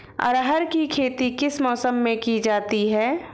अरहर की खेती किस मौसम में की जाती है?